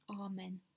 Amen